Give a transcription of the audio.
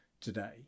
today